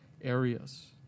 areas